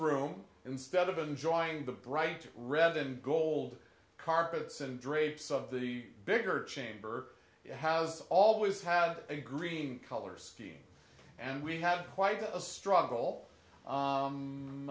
room instead of enjoying the bright red and gold carpets and drapes of the bigger chamber has always had a green color scheme and we had quite a struggle